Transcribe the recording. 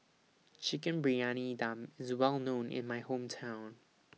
Chicken Briyani Dum IS Well known in My Hometown